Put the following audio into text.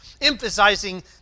Emphasizing